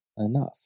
enough